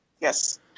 Yes